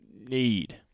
need